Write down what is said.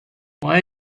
why